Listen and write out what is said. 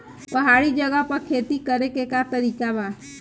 पहाड़ी जगह पर खेती करे के का तरीका बा?